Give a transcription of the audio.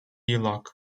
loc